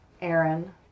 Aaron